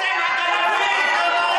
אתם הגנבים.